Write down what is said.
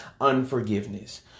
unforgiveness